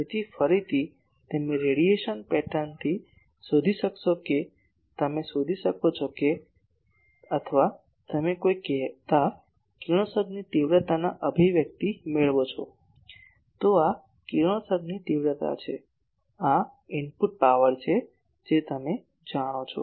તેથી ફરીથી તમે રેડિયેશન પેટર્નથી શોધી શકશો કે તમે શોધી શકો છો અથવા જો તમે કોઈ કહેતા કિરણોત્સર્ગની તીવ્રતાના અભિવ્યક્તિઓ મેળવો છો તો આ કિરણોત્સર્ગની તીવ્રતા છે આ ઇનપુટ પાવર છે જે તમે જાણો છો